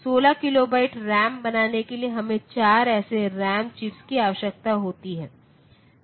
16 kilobyte RAM बनाने के लिए हमें 4 ऐसे रैम चिप्स की आवश्यकता होती है